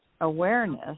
awareness